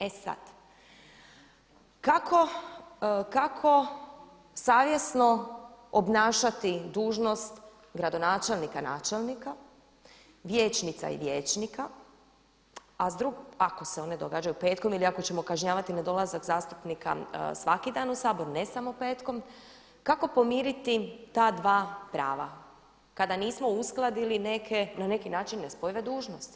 E sad, kako savjesno obnašati dužnost gradonačelnika ili načelnika, vijećnica i vijećnika ako se oni događaju petkom ili ako ćemo kažnjavati nedolazak zastupnika svaki dan u Sabor ne samo petkom, kako pomiriti ta dva prava kada nismo uskladili neke na neki način nespojive dužnosti?